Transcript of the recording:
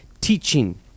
teaching